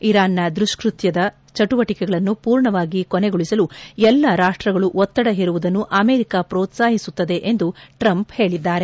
ಇರಾನ್ನ ದುಷ್ಪತ್ಯದ ಚಟುವಟಿಕೆಗಳನ್ನು ಪೂರ್ಣವಾಗಿ ಕೊನೆಗೊಳಿಸಲು ಎಲ್ಲಾ ರಾಷ್ಟಗಳು ಒತ್ತಡ ಏರುವುದನ್ನು ಅಮೆರಿಕ ಪ್ರೋತ್ಸಾಹಿಸುತ್ತದೆ ಎಂದು ಟ್ರಂಪ್ ಹೇಳಿದ್ದಾರೆ